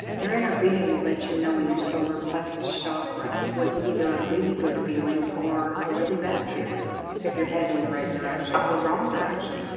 your inner being will let you know in your solar plexus chakra with either a really good feeling or a really bad feeling if you're headed in the right direction or wrong direction,